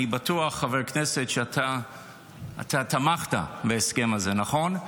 אני בטוח, חבר הכנסת, שאתה תמכת בהסכם הזה, נכון?